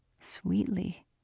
Sweetly